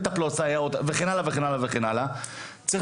למשל, בנושא המטפלות והסייעות, וכן הלאה וכן הלאה.